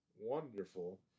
wonderful